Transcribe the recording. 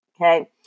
Okay